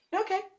Okay